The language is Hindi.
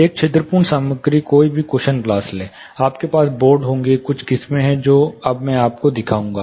एक छिद्रपूर्ण सामग्री कोई भी कुशन ग्लास लें आपके पास बोर्ड होंगे कुछ किस्में हैं जो अब मैं आपको दिखाऊंगा